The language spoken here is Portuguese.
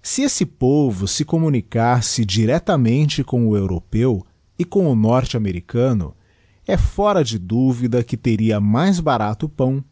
se esse povo se communicasse directamente com o europeu e com o norteamericano é fora de duvida que teria mais barato o pão